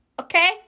okay